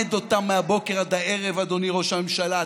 מגמד אותם מהבוקר עד הערב, אדוני ראש הממשלה.